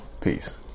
Peace